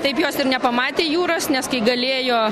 taip jos ir nepamatė jūros nes kai galėjo